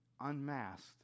Unmasked